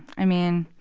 i mean,